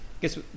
guess